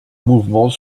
mouvements